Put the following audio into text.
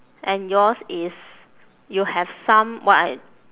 and yours is you have some what I